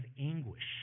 anguish